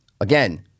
Again